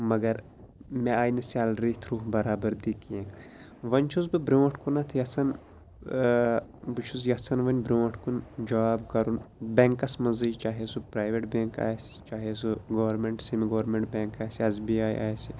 مگر مےٚ آیہِ نہٕ سیلری تھرٛوٗ برابٔردی کیٚنہہ وۄنۍ چھُس بہٕ برونٛٹھ کُنَتھ یژھان بہٕ چھُس یژھان وۄنۍ برٛونٛٹھ کُن جاب کَرُن بٮ۪نٛکَس منٛزٕے چاہے سُہ پرٛیویٚٹ بٮ۪نٛک آسہِ چاہے سُہ گورمٮ۪نٛٹ سیٚمی گورمٮ۪نٛٹ بٮ۪نٛک آسہِ اٮ۪س بی آی آسہِ